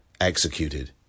executed